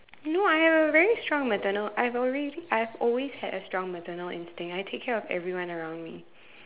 no I have a very strong maternal I have already I have always had a strong maternal instinct I take care of everyone around me